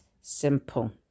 simple